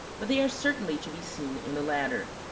but they are certainly to be seen in the latter.